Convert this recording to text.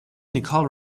nicole